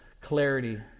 clarity